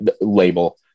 label